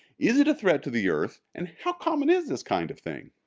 is it a threat to the earth? and how common is this kind of thing?